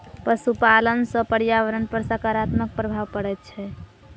पशुपालन सॅ पर्यावरण पर साकारात्मक प्रभाव पड़ैत छै